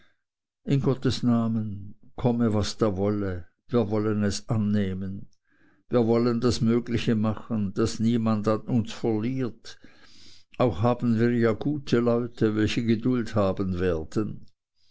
in gottes namen komme was da wolle wir wollen es annehmen wir wollen das mögliche machen daß niemand an uns verliert auch haben wir ja gute leute welche geduld haben werden